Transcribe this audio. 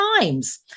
times